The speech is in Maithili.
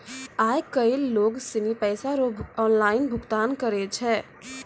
आय काइल लोग सनी पैसा रो ऑनलाइन भुगतान करै छै